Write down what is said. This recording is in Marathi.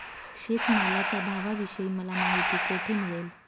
शेतमालाच्या भावाविषयी मला माहिती कोठे मिळेल?